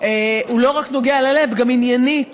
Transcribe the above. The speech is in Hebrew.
הוא לא רק נוגע ללב, גם עניינית